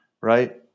right